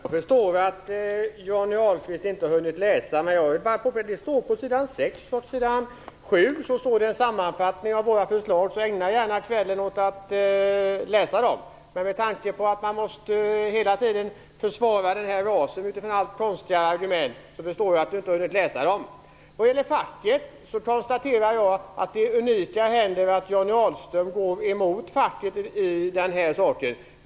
Fru talman! Jag förstår att Johnny Ahlqvist inte har hunnit läsa våra förslag. På s. 6 och s. 7 finns det en sammanfattning av dem. Ägna gärna kvällen åt att läsa dem! Men med tanke på att Johnny Ahlqvist hela tiden måste försvara RAS med konstiga argument förstår jag att han inte har hunnit läsa dem. Vad gäller facket konstaterar jag att det unika händer att Johnny Ahlqvist går emot facket i den här saken.